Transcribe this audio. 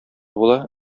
була